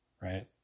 right